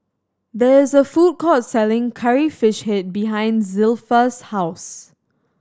there is a food court selling Curry Fish Head behind Zilpha's house